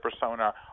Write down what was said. persona